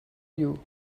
you